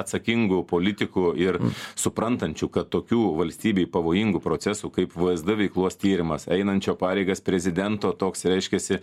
atsakingų politikų ir suprantančių kad tokių valstybei pavojingų procesų kaip vsd veiklos tyrimas einančio pareigas prezidento toks reiškiasi